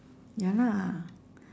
ya lah